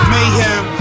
Mayhem